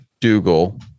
Dougal